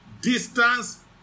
distance